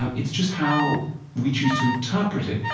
um it's just how we choose to interpret it.